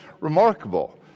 remarkable